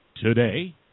today